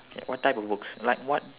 what types of book like what